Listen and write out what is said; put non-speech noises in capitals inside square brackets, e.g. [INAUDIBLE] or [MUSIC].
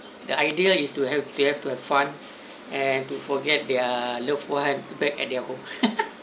the idea is to have they have to have fun and to forget their love one back at their home [LAUGHS]